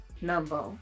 number